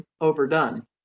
overdone